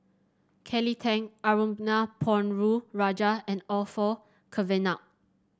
Kelly Tang Arumugam Ponnu Rajah and Orfeur Cavenagh